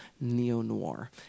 neo-noir